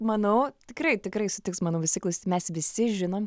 manau tikrai tikrai sutiks manau visi mes visi žinom